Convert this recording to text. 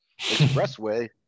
expressway